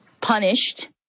punished